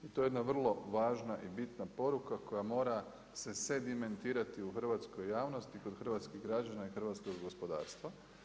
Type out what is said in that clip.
I to je vrlo važna i bitna poruka koja mora se sedimentirati u hrvatskoj javnosti i kod hrvatskih građana i hrvatskog gospodarstva.